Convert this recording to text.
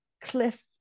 cliff